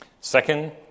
Second